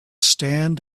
stand